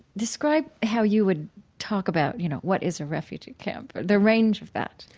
describe how you would talk about, you know, what is a refugee camp, the range of that?